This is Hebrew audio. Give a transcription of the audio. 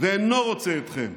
ואינו רוצה אתכם.